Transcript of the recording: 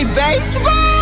baseball